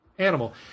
animal